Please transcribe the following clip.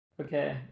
Okay